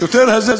השוטר הזה,